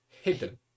Hidden